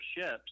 ships